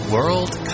World